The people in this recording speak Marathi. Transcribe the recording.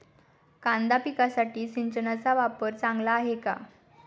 कांदा पिकासाठी सिंचनाचा वापर चांगला आहे का?